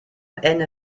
ende